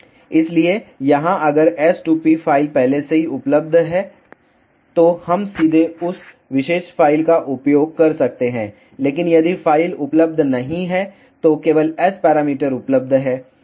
इसलिए यहाँ अगर s2p फ़ाइल पहले से ही उपलब्ध है तो हम सीधे उस विशेष फ़ाइल का उपयोग कर सकते हैं लेकिन यदि फ़ाइल उपलब्ध नहीं है तो केवल S पैरामीटर उपलब्ध हैं